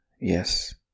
yes